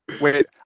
Wait